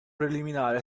preliminare